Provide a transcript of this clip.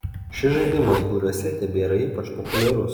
šis žaidimas biuruose tebėra ypač populiarus